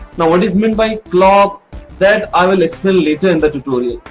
now what is meant by clock that i will explain later in the tutorial.